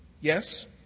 Yes